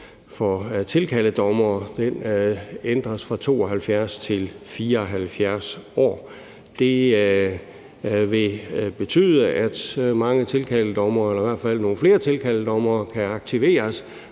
tilkaldedommere ændres fra 72 år til 75 år. Det vil betyde, at mange tilkaldedommere, eller